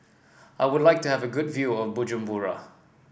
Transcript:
I would like to have a good view of Bujumbura